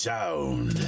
Sound